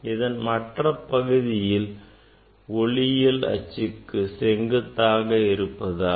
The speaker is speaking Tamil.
இதன் மற்ற பகுதி ஒளியியல் அச்சுக்கு செங்குத்தாக இருப்பதால்